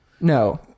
No